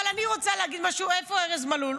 אבל אני רוצה להגיד משהו, איפה ארז מלול?